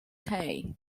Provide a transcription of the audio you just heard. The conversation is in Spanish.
kay